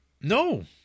No